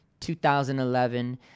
2011